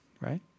right